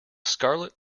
scarlet